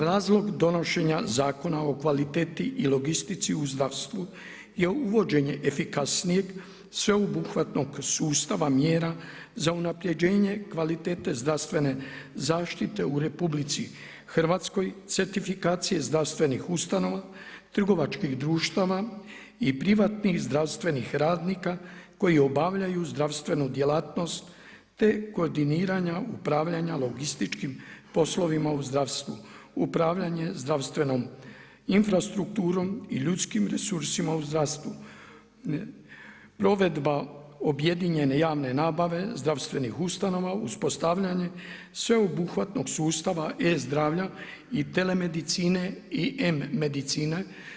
Razlog donošenja Zakona o kvaliteti i logistici u zdravstvu je uvođenje efikasnijeg sveobuhvatnog sustava mjera za unapređenje kvalitete zdravstvene zaštite u Republici Hrvatskoj, certifikacije zdravstvenih ustanova, trgovačkih društava i privatnih zdravstvenih radnika koji obavljaju zdravstvenu djelatnost te kooordiniranja, upravljanja logističkim poslovima u zdravstvu, upravljanje zdravstvenom infrastrukturom i ljudskim resursima u zdravstvu, provedba objedinjene javne nabave zdravstvenih ustanova, uspostavljanje sveobuhvatnog sustava E zdravlja i telemedicine i M medicine.